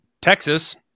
Texas